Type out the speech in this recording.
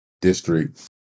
district